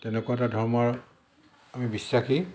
তেনেকুৱা এটা ধৰ্মৰ আমি বিশ্বাসী